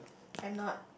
I'm not